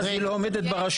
ואז היא לא עומדת זמן,